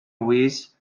wheels